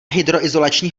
hydroizolační